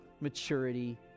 maturity